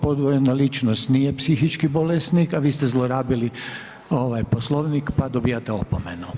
Podvojena ličnost nije psihički bolesnik, a vi ste zlorabili Poslovnik pa dobijate opomenu.